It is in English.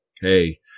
hey